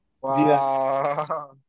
Wow